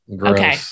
Okay